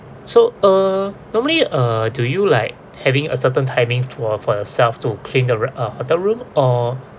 so uh normally uh do you like having a certain timing to for yourself to clean the ro~ hotel room or